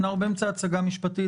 אנחנו באמצע הצגה משפטית.